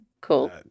cool